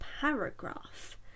paragraph